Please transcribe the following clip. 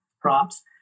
props